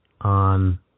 on